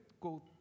go